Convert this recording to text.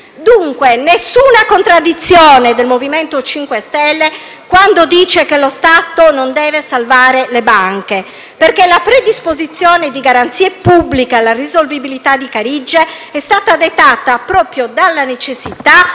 Dunque, non c'è alcuna contraddizione del MoVimento 5 Stelle quando dice che lo Stato non deve salvare le banche, perché la predisposizione di garanzie pubbliche alla risolvibilità di Carige è stata dettata proprio dalla necessità